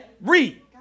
read